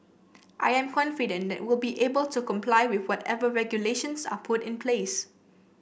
I am confident that we'll be able to comply with whatever regulations are put in place